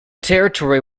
territory